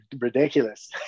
ridiculous